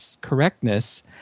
correctness